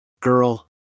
Girl